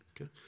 Okay